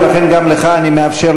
וכי ביקורתם על הממשלה,